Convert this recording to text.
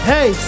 Hey